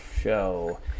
show